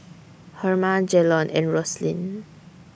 Herma Jalon and Roslyn